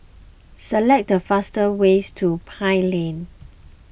select the fastest way to Pine Lane